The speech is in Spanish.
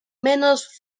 menos